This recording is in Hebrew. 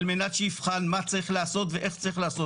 על מנת שיבחן מה צריך לעשות ואיך צריך לעשות